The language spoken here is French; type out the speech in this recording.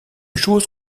chose